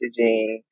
messaging